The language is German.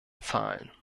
zahlen